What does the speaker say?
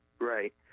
Right